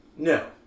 No